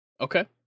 Okay